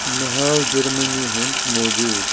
مے ہاو جٔرمٔنی ہُنٛد موجود